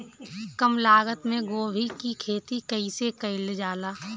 कम लागत मे गोभी की खेती कइसे कइल जाला?